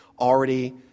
already